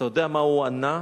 אתה יודע מה הוא ענה,